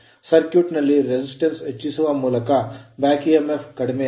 circuit circuit ನಲ್ಲಿ resistance ಪ್ರತಿರೋಧವನ್ನು ಹೆಚ್ಚಿಸುವ ಮೂಲಕ back emf ಬ್ಯಾಕ್ ಎಮ್ಫ್ ಕಡಿಮೆಯಾಗುತ್ತದೆ